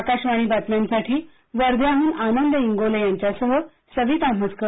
आकाशवाणी बातम्यांसाठी वध्याहून आनंद इंगोले यांच्यासह पुण्याहून सविता म्हसकर